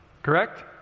correct